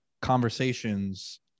conversations